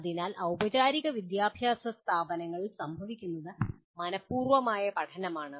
അതിനാൽ ഔപചാരിക വിദ്യാഭ്യാസ സ്ഥാപനങ്ങളിൽ സംഭവിക്കുന്നത് മനഃ പൂർവ്വമായ പഠനമാണ്